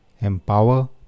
empower